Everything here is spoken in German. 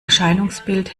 erscheinungsbild